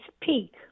peak